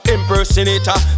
Impersonator